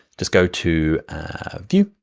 just go to view,